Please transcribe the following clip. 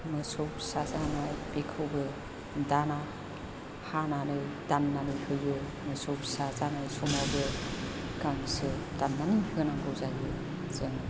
मोसौ फिसा जानाय बेखौबो दाना हानानै दाननानै होयो मोसौ फिसा जानाय समावबो गांसो दाननानै होनांगौ जायो जों